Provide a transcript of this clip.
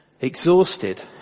Exhausted